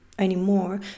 anymore